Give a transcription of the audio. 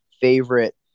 favorite